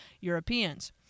Europeans